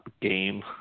game